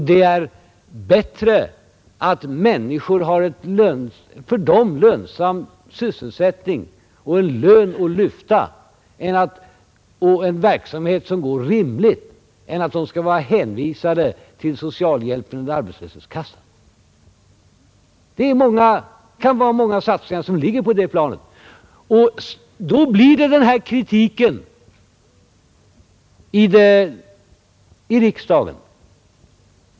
Det är bättre att människor har ett för dem lönsamt arbete, en lön att lyfta och en rimlig sysselsättning, än att vara hänvisade till socialhjälpen och arbetslöshetskassan. Det kan vara många satsningar som ligger på det planet, och då blir det den här kritiken i riksdagen.